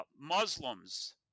Muslims